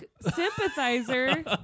sympathizer